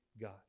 God